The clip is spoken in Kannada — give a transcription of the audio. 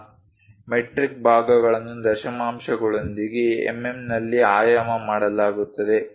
ಮೆಟ್ರಿಕ್ ಭಾಗಗಳನ್ನು ದಶಮಾಂಶಗಳೊಂದಿಗೆ ಎಂಎಂನಲ್ಲಿ ಆಯಾಮ ಮಾಡಲಾಗುತ್ತದೆ